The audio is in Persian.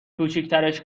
کوچیکترش